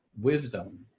Wisdom